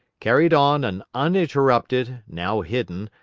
carried on an uninterrupted, now hidden,